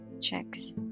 checks